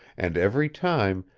and, every time,